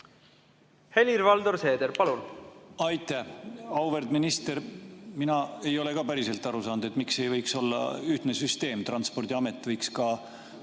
Helir-Valdor Seeder, palun! Aitäh! Auväärt minister! Mina ei ole ka päriselt aru saanud, miks ei võiks olla ühtne süsteem. Transpordiamet võiks ju